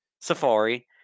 safari